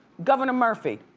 governor murphy,